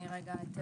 רגע, רגע,